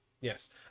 yes